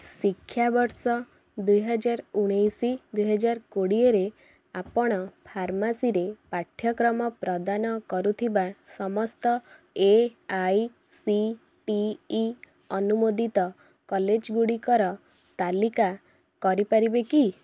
ଶିକ୍ଷାବର୍ଷ ଦୁଇ ହଜାର ଉଣେଇଶ ଦୁଇ ହଜାର କୋଡ଼ିଏରେ ଆପଣ ଫାର୍ମାସିରେ ପାଠ୍ୟକ୍ରମ ପ୍ରଦାନ କରୁଥିବା ସମସ୍ତ A I C T E ଅନୁମୋଦିତ କଲେଜ ଗୁଡ଼ିକର ତାଲିକା କରିପାରିବେ କି